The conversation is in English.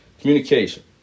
Communication